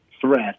threat